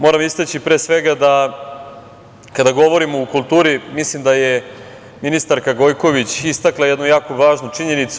Moram istaći pre svega da, kada govorimo o kulturi, mislim da je ministarka Gojković istakla jednu jako važnu činjenicu.